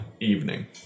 evening